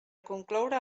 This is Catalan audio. concloure